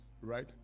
right